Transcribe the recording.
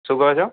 શું કહો છો